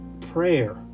prayer